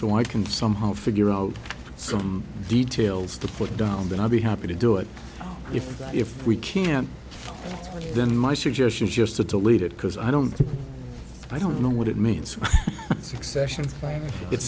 so i can somehow figure out some details to put down but i'll be happy to do it if if we can't then my suggestion is just to delete it because i don't think i don't know what it means succession it